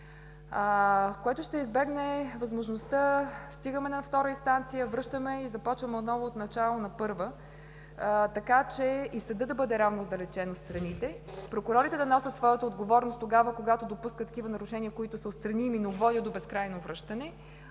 което ще избегне възможността да стигаме на втора инстанция, връщаме и започваме отново, отначало на първа, така че и съдът да бъде равно отдалечен от страните; прокурорите да носят своята отговорност тогава, когато допускат такива нарушения, които са отстранили, но водят до безкрайно връщане;